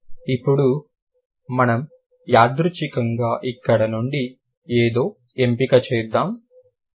ఇప్పుడు మనం యాదృచ్ఛికంగా ఇక్కడ నుండి ఏదో ఎంపిక చేద్దాం చ